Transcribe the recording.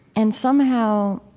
and somehow,